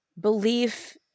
belief